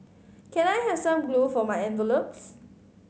can I have some glue for my envelopes